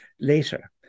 later